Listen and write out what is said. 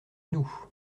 nous